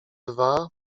dwa